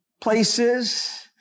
places